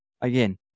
again